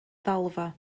ddalfa